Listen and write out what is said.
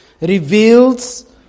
reveals